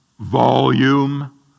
volume